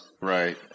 Right